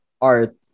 art